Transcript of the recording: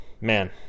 man